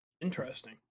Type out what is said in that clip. Interesting